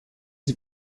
sie